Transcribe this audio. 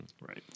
Right